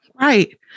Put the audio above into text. Right